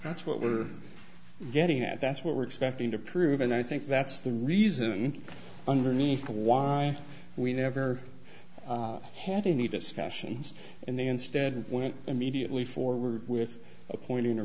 that's what we're getting at that's what we're expecting to prove and i think that's the reason underneath to why we never had any discussions and they instead went immediately forward with appointing a